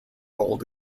old